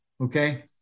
okay